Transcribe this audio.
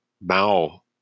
Mao